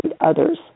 others